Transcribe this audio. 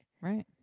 Right